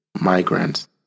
migrants